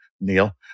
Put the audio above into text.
Neil